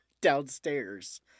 downstairs